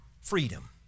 freedom